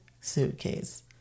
suitcase